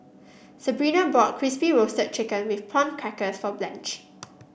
Sebrina bought Crispy Roasted Chicken with Prawn Crackers for Blanch